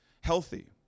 healthy